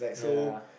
ya